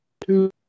Two